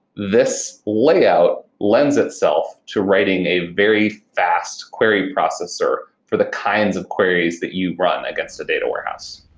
this layout lends itself to writing a very fast query processor for the kinds of queries that you run against the data warehouse.